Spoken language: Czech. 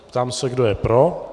Ptám se, kdo je pro.